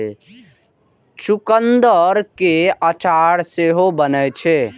चुकंदर केर अचार सेहो बनै छै